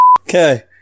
Okay